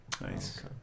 Nice